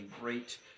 great